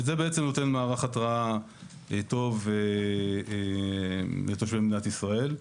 זה בעצם נותן מערך התרעה טוב לתושבי מדינת ישראל.